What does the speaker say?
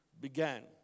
began